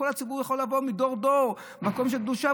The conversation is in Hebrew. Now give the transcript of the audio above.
הציבור יכול לבוא מדור-דור למקום של קדושה,